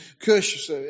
Cush